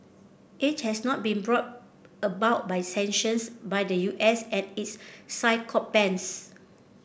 it has not been brought about by sanctions by the U S and its sycophants